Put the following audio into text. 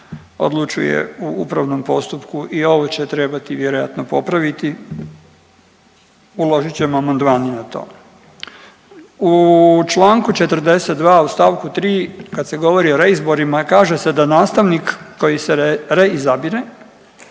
odlučuje u upravnom postupku. I ovo će trebati vjerojatno popraviti, uložit ćemo amandman i na to. U Članku 42. u stavku 3. kad se govori o reizborima kaže se da nastavnik koji se reizabire